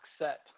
set